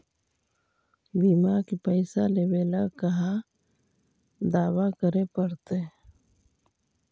बिमा के पैसा लेबे ल कहा दावा करे पड़तै?